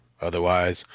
Otherwise